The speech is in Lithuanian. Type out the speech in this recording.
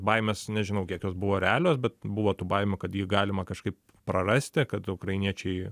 baimės nežinau kiek jos buvo realios bet buvo tų baimių kad jį galima kažkaip prarasti kad ukrainiečiai